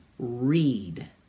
Read